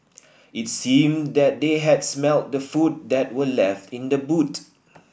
it seemed that they had smelt the food that were left in the boot